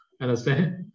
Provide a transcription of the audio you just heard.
Understand